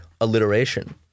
alliteration